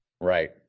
Right